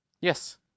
Yes